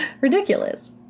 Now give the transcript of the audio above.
Ridiculous